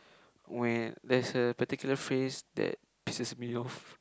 when there's a particular phrase that pisses me off